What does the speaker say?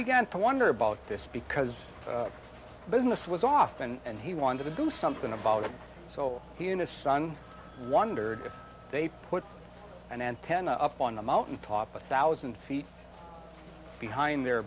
began to wonder about this because business was off and he wanted to do something about it so he and his son wondered if they put an antenna up on the mountain top a one thousand feet behind their